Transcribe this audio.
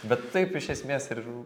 bet taip iš esmės ir